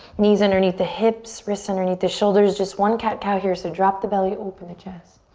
knees underneath the hips, wrists underneath the shoulders. just one cat-cow here, so drop the belly, open the chest.